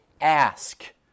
ask